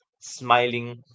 smiling